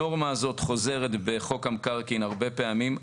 הנורמה הזאת חוזרת בחוק המקרקעין הרבה פעמים,